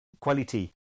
quality